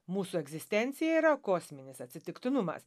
mūsų egzistencija yra kosminis atsitiktinumas